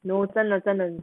no 真的真的